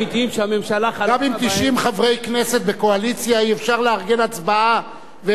גם עם 90 חברי כנסת בקואליציה אי-אפשר לארגן הצבעה ולא לחייב